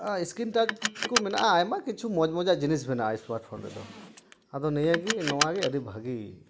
screen touch ᱠᱚ ᱢᱮᱱᱟᱜᱼᱟ ᱟᱭᱢᱟ ᱠᱤᱪᱷᱩ ᱢᱚᱡᱽ ᱢᱚᱡᱟᱜ ᱡᱤᱱᱤᱥ ᱢᱮᱱᱟᱜᱼᱟ ᱥᱢᱟᱨᱴ ᱯᱷᱳᱱ ᱨᱮᱫᱚ ᱟᱫᱚ ᱱᱤᱭᱟᱹᱜᱮ ᱱᱚᱣᱟᱜᱮ ᱟᱹᱰᱤ ᱵᱷᱟᱜᱮ